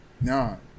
No